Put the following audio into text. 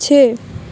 چھ